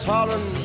Holland